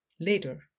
Later